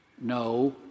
No